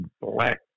black